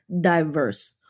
diverse